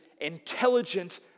intelligent